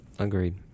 Agreed